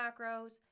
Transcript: macros